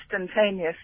instantaneous